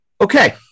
Okay